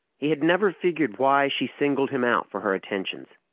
he had never figured why she singled him out for her attentions,